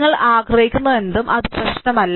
നിങ്ങൾ ആഗ്രഹിക്കുന്നതെന്തും അത് പ്രശ്നമല്ല